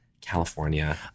California